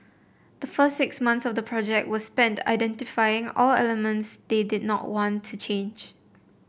the first six months of the project were spent identifying all elements they did not want to change